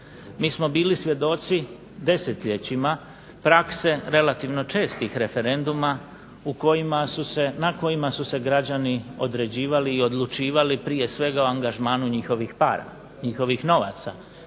Mi smo bili svjedoci desetljećima prakse relativno čestih referenduma u kojima su se, na kojima su se građani određivali i odlučivali prije svega o angažmanu njihovih para, njihovih novaca,